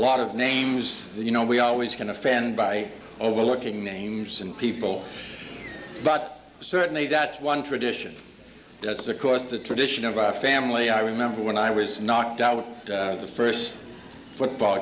lot of names so you know we always can offend by overlooking names and people but certainly that's one tradition as of course the tradition of our family i remember when i was knocked out the first football